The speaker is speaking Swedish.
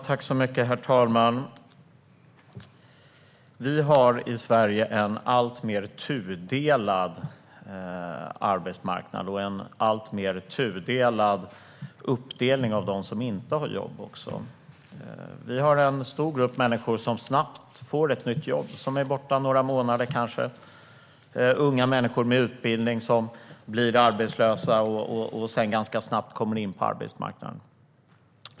Herr talman! Vi har i Sverige en alltmer tudelad arbetsmarknad och en allt tydligare tudelning av den grupp som inte har jobb. Vi har en stor grupp människor som snabbt får ett nytt jobb, som kanske är borta några månader. Det är unga människor med utbildning som blir arbetslösa och sedan ganska snabbt kommer tillbaka in på arbetsmarknaden.